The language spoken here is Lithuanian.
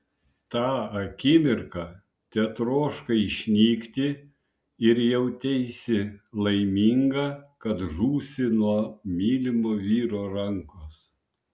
tą akimirką tetroškai išnykti ir jauteisi laiminga kad žūsi nuo mylimo vyro rankos